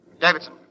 Davidson